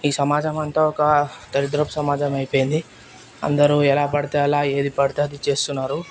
ఈ సమాజమంతా ఒక దరిద్రపు సమాజం అయిపోయింది అందరూ ఎలా పడితే అలా ఏది పడితే అది చేస్తున్నారు